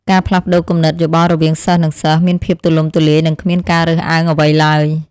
ការផ្លាស់ប្តូរគំនិតយោបល់រវាងសិស្សនិងសិស្សមានភាពទូលំទូលាយនិងគ្មានការរើសអើងអ្វីឡើយ។